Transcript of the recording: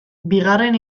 bigarren